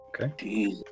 Okay